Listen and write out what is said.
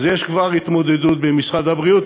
אז יש כבר התמודדות במשרד הבריאות.